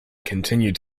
continued